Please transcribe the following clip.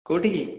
କେଉଁଠିକି